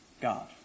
God